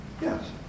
yes